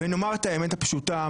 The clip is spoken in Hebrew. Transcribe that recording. ונאמר את האמת הפשוטה.